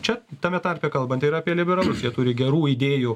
čia tame tarpe kalbant ir apie liberalus jie turi gerų idėjų